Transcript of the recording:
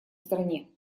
стране